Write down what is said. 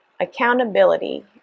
accountability